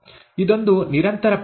ಇದೊಂದು ನಿರಂತರ ಪ್ರಕ್ರಿಯೆ